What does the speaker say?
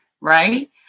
Right